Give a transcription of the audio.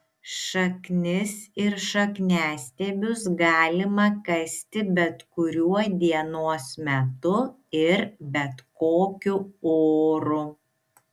šaknis ir šakniastiebius galima kasti bet kuriuo dienos metu ir bet kokiu oru